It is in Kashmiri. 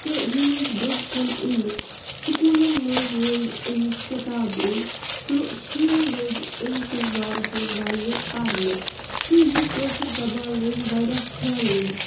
تہٕ یہِ لٔج برونٛہہ کُن اِنہِ سُکوٗلَن منٛز لٔج امِچ کِتاب اِنہِ تہٕ شُرٮ۪ن لٔگۍ امہِ کِس بارَس منٛز وَننہِ پَرنہِ تہٕ یہِ کٲشِر زَبان لٔج واریاہ پھٲلنہِ